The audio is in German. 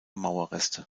mauerreste